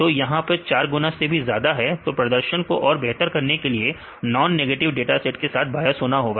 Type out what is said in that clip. तो यहां 4 गुना से भी ज्यादा है तो प्रदर्शन को और बेहतर करने के लिए नॉन नेगेटिव डाटा सेट के साथ बायस होगा